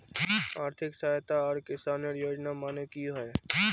आर्थिक सहायता आर किसानेर योजना माने की होय?